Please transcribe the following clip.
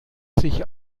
sich